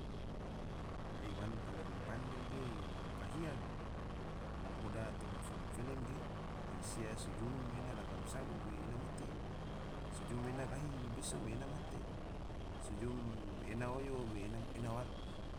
Haiwan paling panda ge kahia ge, ngom hoda toma flem-flem ge, mansia so jum ena laga ma sagu ge ena mote, so jum ena gahi biso me ena mote, so jum ena oyo me ena waro